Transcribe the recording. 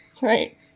Right